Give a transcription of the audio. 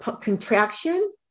contraction